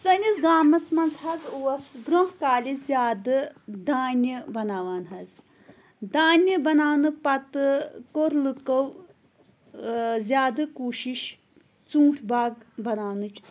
سٲنِس گامَس منٛز حظ اوس بروٚنٛہہ کالہِ زیادٕ دانہِ بناوان حظ دانہِ بناونہٕ پتہٕ کوٚر لُکو زیادٕ کوٗشِش ژوٗنٹھۍ باغ بناونٕچ